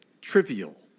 trivial